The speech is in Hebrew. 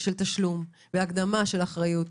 של התשלום ושל האחריות.